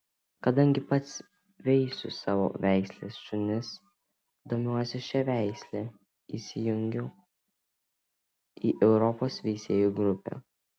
kadangi pats veisiu savo veislės šunis domiuosi šia veisle įsijungiau į europos veisėjų grupę